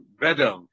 better